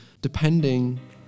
depending